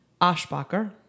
Oshbacher